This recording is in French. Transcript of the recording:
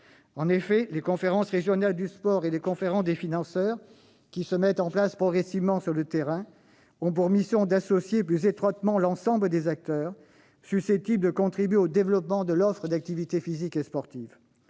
En effet, les conférences régionales du sport et les conférences des financeurs, qui se mettent progressivement en place sur le terrain, ont pour mission d'associer plus étroitement l'ensemble des acteurs susceptibles de contribuer au développement de l'offre d'activités physiques et sportives